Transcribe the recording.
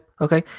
okay